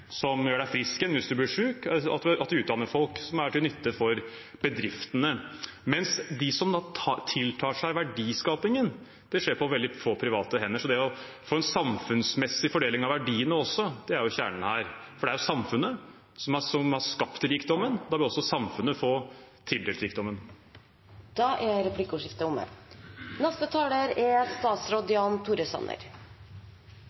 som gjør en frisk igjen hvis man blir syk, at vi utdanner folk som er til nytte for bedriftene. De som tiltar seg verdiskapingen, det skjer på veldig få private hender. Det å få en samfunnsmessig fordeling også av verdiene er kjernen her, for det er samfunnet som har skapt rikdommen, og da bør også samfunnet få tildelt rikdommen. Replikkordskiftet er omme.